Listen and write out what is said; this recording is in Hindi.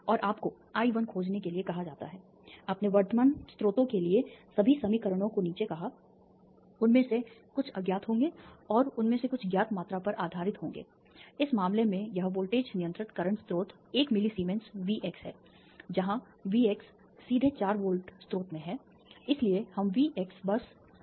और आपको I1 खोजने के लिए कहा जाता है आपने वर्तमान स्रोतों के लिए सभी समीकरणों को नीचे कहा उनमें से कुछ अज्ञात होंगे और उनमें से कुछ ज्ञात मात्रा पर आधारित होंगे इस मामले में यह वोल्टेज नियंत्रण वर्तमान स्रोत 1 मिली सीमेंस वी एक्स है जहां वी एक्स सीधे चार वोल्ट स्रोत में है इसलिए हम वी एक्स बस चार वोल्ट